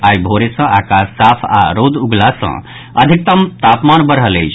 आइ भोरे सँ आकाश साफ आओर रौद उगला सँ अधिकतम तापमान बढ़ल अछि